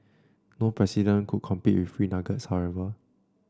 no president could compete with free nuggets however